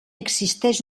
existeix